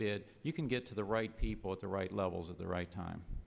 bit you can get to the right people at the right levels of the right time